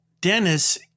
Dennis